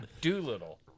Doolittle